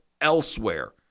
elsewhere